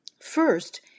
First